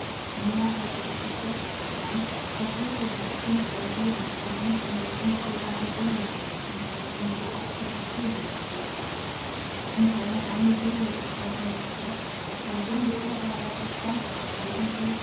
mehr als er es sich selbst gestand erfüllte dies kind sein leben und ließ ihn das unstillbare sehnen vergessen das ihn so oft zu verzehren gedroht hatte wie seine reine seele sich vor ihm erschloß sein unbeirrbarer verstand sich entwickelte